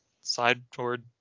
sideboard